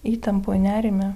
įtampoj nerime